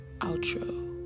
outro